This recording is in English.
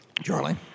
Charlie